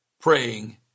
praying